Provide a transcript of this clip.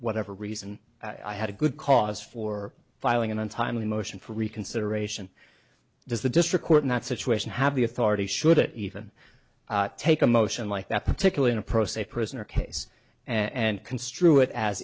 whatever reason i had a good cause for filing an untimely motion for reconsideration does the district court in that situation have the authority should it even take a motion like that particular in a pro se person or case and construe it as